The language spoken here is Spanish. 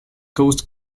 coast